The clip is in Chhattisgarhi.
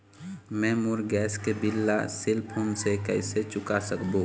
मैं मोर गैस के बिल ला सेल फोन से कइसे चुका सकबो?